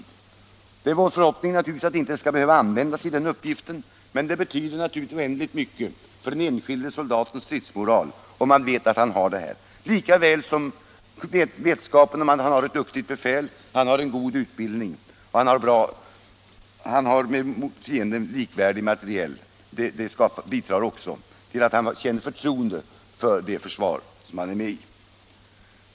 Det är naturligtvis vår förhoppning att det inte skall behöva användas i den uppgiften, men det betyder naturligtvis oändligt mycket för den enskilde soldatens stridsmoral om han vet att han har detta stöd. Lika mycket betyder vetskapen om att han har ett duktigt befäl, en god utbildning och jämfört med fienden likvärdig materiel. Allt detta bidrar till att soldaten känner förtroende för det försvar som han medverkar i.